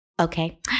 Okay